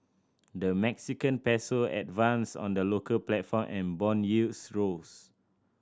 the Mexican Peso advanced on the local platform and bond yields rose